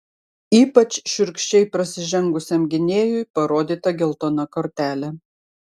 ypač šiurkščiai prasižengusiam gynėjui parodyta geltona kortelė